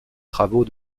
travaux